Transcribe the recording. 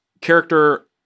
character